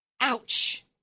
Ouch